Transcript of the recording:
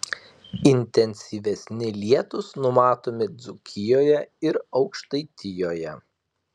intensyvesni lietūs numatomi dzūkijoje ir aukštaitijoje